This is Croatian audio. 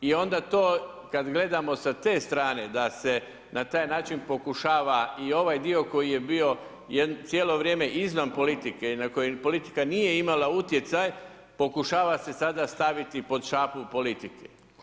I onda to kad gledamo sa te strane, da se na taj način pokušava i ovaj dio koji je bio cijelo vrijeme izvan politike i na koji politika nije imala utjecaj, pokušava se sada staviti pod šapu politike.